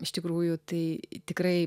iš tikrųjų tai tikrai